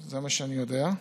זה מה שאני יודע.